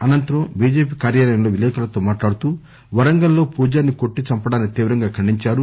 అనంతరం బిజెపి కార్యాలయంలో విలేకరులతో మాట్లాడుతూ వరంగల్ లో పూజరిని కొట్టి చంపడాన్ని తీవ్రంగా ఖండించారు